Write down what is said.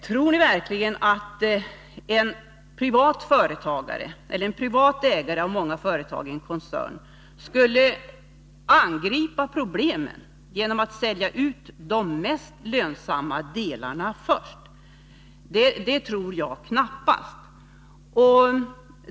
Tror ni verkligen att en ägare av många företag i en privat koncern skulle angripa problemen genom att sälja ut de mest lönsamma delarna först? Det tror jag knappast.